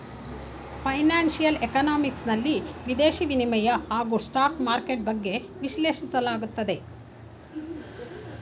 financial economics ನಲ್ಲಿ ವಿದೇಶಿ ವಿನಿಮಯ ಹಾಗೂ ಸ್ಟಾಕ್ ಮಾರ್ಕೆಟ್ ಬಗ್ಗೆ ವಿಶ್ಲೇಷಿಸಲಾಗುತ್ತದೆ